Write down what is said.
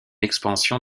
expansion